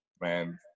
man